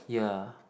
ya